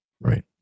Right